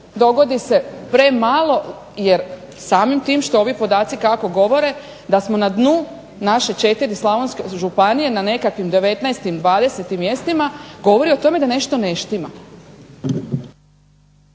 dogodi se premalo, jer samim tim što ovi podaci kako govore da smo na dnu naše 4 Slavonske županije na nekakvim 19., 20. mjestima govori o tome da nešto ne štima.